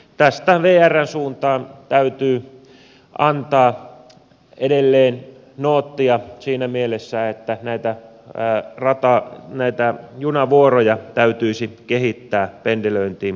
tästä vrn suuntaan täytyy antaa edelleen noottia siinä mielessä että näitä junavuoroja täytyisi kehittää pendelöintiin sopivammiksi